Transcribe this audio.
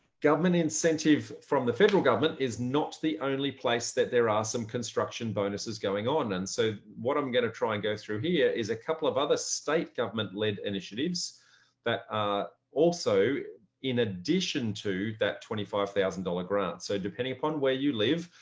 government incentive from the federal government is not the only place that there are some construction bonuses going on. and so what i'm going to try and go through here is a couple of other state government led initiatives that also in addition to that twenty five dollars grant, so depending upon where you live,